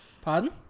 Pardon